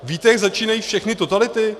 Víte, jak začínají všechny totality?